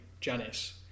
Janice